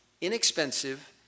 inexpensive